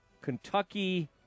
Kentucky